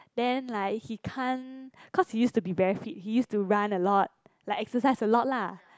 then like he can't cause he used to be very fit he used to run a lot like exercise a lot lah